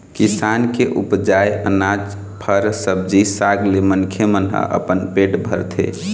किसान के उपजाए अनाज, फर, सब्जी साग ले मनखे मन ह अपन पेट भरथे